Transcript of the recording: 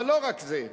אבל לא רק זה.